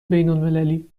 بینالمللی